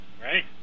Right